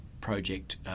project